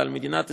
ועל מדינת ישראל,